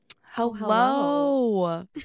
Hello